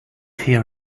hear